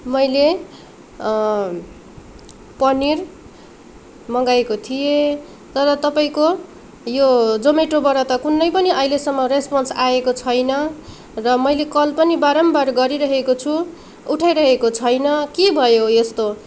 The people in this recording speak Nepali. मैले पनिर मगाएको थिएँ तर तपाईँको यो जोमेटोबाट त कुनै पनि अहिलेसम्म रेस्पोन्स आएको छैन र मैले कल पनि बारम्बार गरिरहेको छु उठाइरहेको छैन के भयो यस्तो